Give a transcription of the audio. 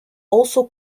also